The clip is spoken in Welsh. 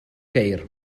ceir